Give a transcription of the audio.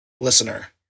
listener